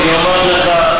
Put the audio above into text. אני אומר לך,